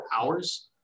hours